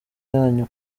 yanyu